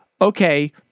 okay